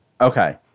Okay